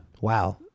Wow